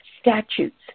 statutes